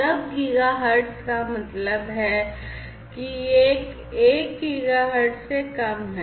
Sub giga hertz का मतलब है कि यह 1 gigahertz से कम है